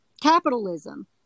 Capitalism